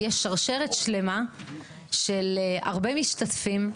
יש שרשרת שלמה של הרבה משתתפים.